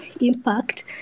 impact